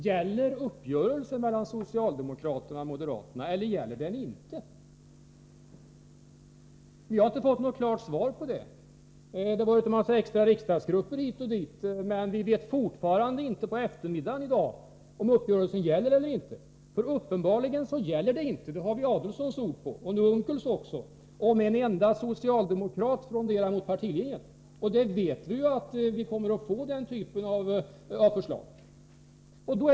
Gäller uppgörelsen mellan socialdemokraterna och moderaterna eller inte? Vi har inte fått något klart svar på frågan — förutom uppgifter om en mängd extra sammanträden med riksdagsgrupper. Men vi vet fortfarande inte på eftermiddagen i dag om uppgörelsen gäller eller inte. Uppenbarligen gäller den inte — det har vi Ulf Adelsohns och nu också Per Unckels ord på — om en enda socialdemokrat fronderar mot partilinjen. Och vi vet att vi kommer att få den typen av förslag.